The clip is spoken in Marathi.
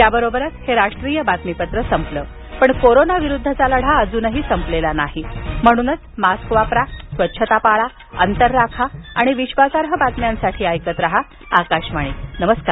याबरोबरच हे राष्ट्रीय बातमीपत्र संपलं पण कोरोना विरुद्धचा लढा अजून संपलेला नाही म्हणूनच मास्क वापरा स्वच्छता पाळा अंतर राखा आणि विश्वासार्ह बातम्यांसाठी ऐकत रहा आकाशवाणी नमस्कार